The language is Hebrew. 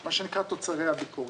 מה שנקרא תוצרי הביקורת.